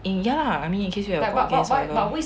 in ya lah I mean just incase you got guest or whatever